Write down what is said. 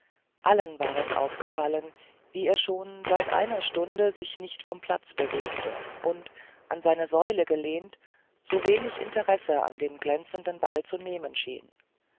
allen war es aufgefallen wie er schon seit einer stunde sich nicht vom platz bewegte und an seine säule gelehnt so wenig interesse an dem glänzenden ball zu nehmen schien